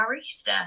barista